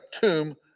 tomb